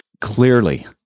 Clearly